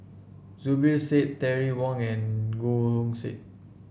Zubir Said Terry Wong and Goh Hood Said